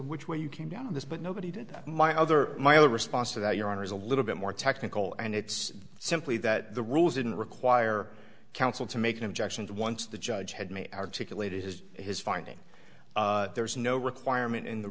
which way you came down on this but nobody did that my other my other response to that your honor is a little bit more technical and it's simply that the rules didn't require counsel to make an objection that once the judge had made articulate is his finding there is no requirement in the